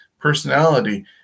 Personality